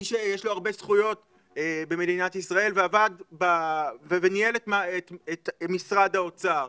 איש שיש לו הרבה זכויות במדינת ישראל וניהל את משרד האוצר.